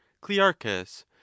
Clearchus